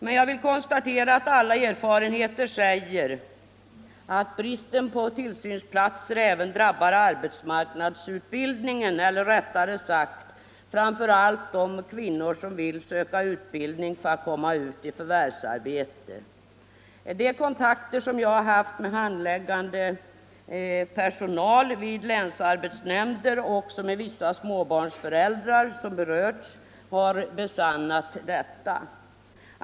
Men jag vill konstatera att alla erfarenheter säger att bristen på tillsynsplatser även drabbar arbetsmarknadsutbildningen, eller rättare sagt framför allt de kvinnor som vill söka utbildning för att komma ut i förvärvsarbete. De kontakter jag haft med handläggande personal vid länsarbetsnämnder och också med vissa småbarnsföräldrar som berörts har besannat detta.